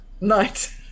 night